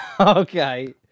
Okay